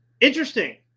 Interesting